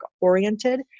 oriented